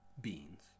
beans